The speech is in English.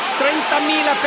30.000